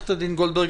עו"ד גולדברג,